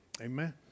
Amen